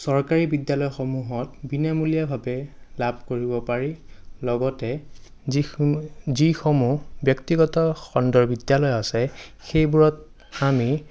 চৰকাৰী বিদ্যালয়সমূহত বিনামূলীয়াভাৱে লাভ কৰিব পাৰি লগতে যিসমূহ যিসমূহ ব্যক্তিগত খণ্ডৰ বিদ্যালয় আছে সেইবোৰত আমি